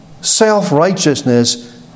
Self-righteousness